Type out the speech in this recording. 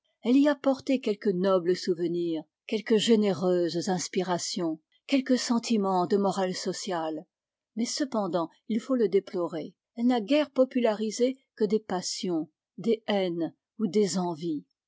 elle y a porté quelques nobles souvenirs quelques géné reuses inspirations quelques sentimens de morale sociale mais cependant il faut le déplorer elle n'a guère popularisé que des passions des haines ou des envies